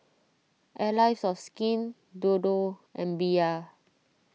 Allies of Skin Dodo and Bia